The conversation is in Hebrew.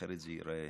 אחרת זה ייראה,